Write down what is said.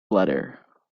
letter